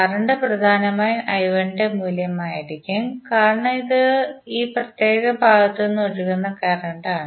current പ്രധാനമായും I1 ന്റെ മൂല്യമായിരിക്കും കാരണം ഇത് ഈ പ്രത്യേക ഭാഗത്തു നിന്ന് ഒഴുകുന്ന കറന്റാണ്